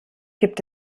gibt